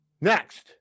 Next